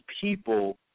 people